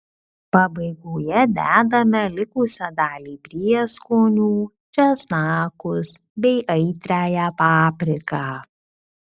pabaigoje dedame likusią dalį prieskonių česnakus bei aitriąją papriką